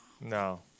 No